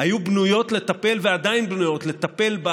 היו בנויות לטפל ועדיין בנויות לטפל,